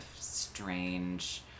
strange